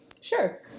sure